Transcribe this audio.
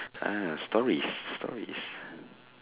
ah stories stories